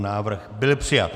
Návrh byl přijat.